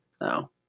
No